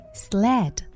sled